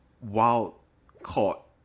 wild-caught